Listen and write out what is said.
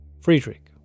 Friedrich